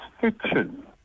fiction